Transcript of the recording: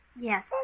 Yes